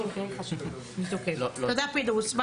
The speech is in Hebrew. פינדרוס.